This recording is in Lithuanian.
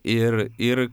ir ir